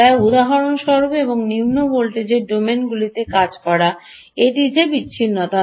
উদাহরণস্বরূপ নিম্ন ভোল্টেজ ডোমেনগুলিতে কাজ করা এটি বিচ্ছিন্নতা নয়